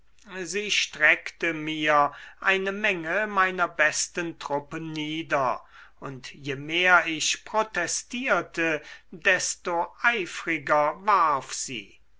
sie streckte mir eine menge meiner besten truppen nieder und je mehr ich protestierte desto eifriger warf sie